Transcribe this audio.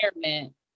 environment